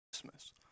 Christmas